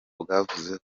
bwavuze